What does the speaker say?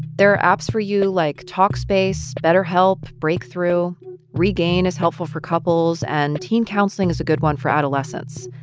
there are apps for you, like, talkspace, betterhelp, breakthrough regain is helpful for couples, and teen counseling is a good one for adolescents.